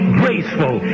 graceful